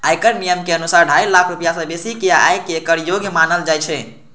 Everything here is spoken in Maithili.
आयकर नियम के अनुसार, ढाई लाख रुपैया सं बेसी के आय कें कर योग्य मानल जाइ छै